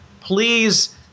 Please